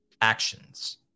actions